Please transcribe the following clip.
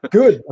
good